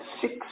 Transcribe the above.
six